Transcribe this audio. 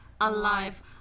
alive